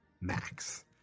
Max